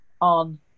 on